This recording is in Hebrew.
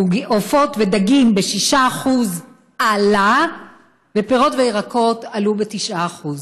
עופות ודגים, עלו ב-6%, ופירות וירקות עלו ב-9%.